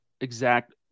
exact